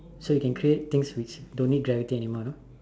so you can create things which don't need gravity anymore you know